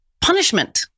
punishment